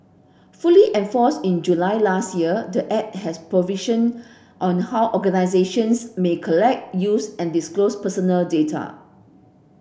fully enforced in July last year the Act has provision on how organisations may collect use and disclose personal data